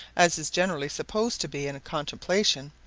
as is generally supposed to be in contemplation,